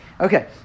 Okay